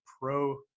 pro